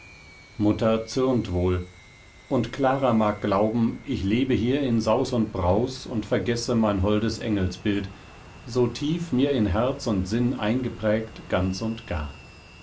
mutter zürnt wohl und clara mag glauben ich lebe hier in saus und braus und vergesse mein holdes engelsbild so tief mir in herz und sinn eingeprägt ganz und gar